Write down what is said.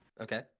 Okay